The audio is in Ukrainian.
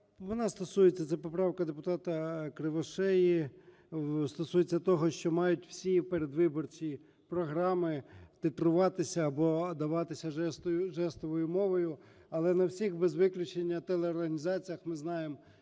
Вона стосується, це поправка депутата Кривошеї, стосується того, що мають всі передвиборчі програми титруватися або даватися жестовою мовою, але на всіх без виключення телеорганізаціях, ми знаємо,